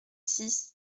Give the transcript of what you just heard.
six